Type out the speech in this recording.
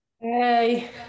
Hey